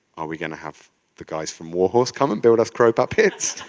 are we gonna have the guys from war horse come and build us crow puppets?